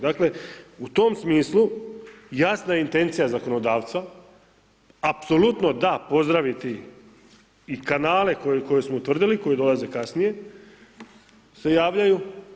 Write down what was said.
Dakle u tom smislu jasna je intencija zakonodavstva, apsolutno da pozdraviti i kanale koje smo utvrdili koje dolaze kasnije, se javljaju.